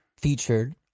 Featured